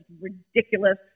ridiculous